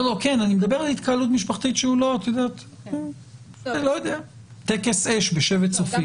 לא כן אני מדבר על התקהלות משפחתית שהיא לא טקס אש בשבט צופים.